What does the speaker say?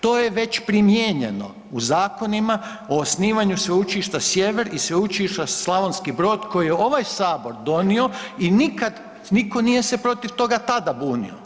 To je već primijenjeno u zakonima o osnivanju Sveučilišta Sjever i Sveučilišta Slavonski Brod koji je ovaj Sabor donio i nikad nitko se nije protiv toga tada bunio.